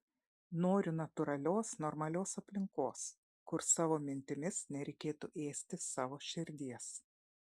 noriu natūralios normalios aplinkos kur savo mintimis nereikėtų ėsti savo širdies